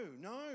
no